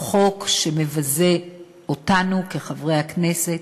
הוא חוק שמבזה אותנו כחברי הכנסת,